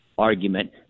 argument